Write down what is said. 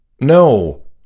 No